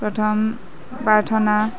প্ৰথম প্ৰাৰ্থনা